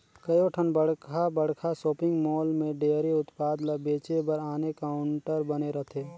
कयोठन बड़खा बड़खा सॉपिंग मॉल में डेयरी उत्पाद ल बेचे बर आने काउंटर बने रहथे